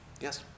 Yes